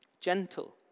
gentle